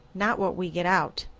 not what we get out.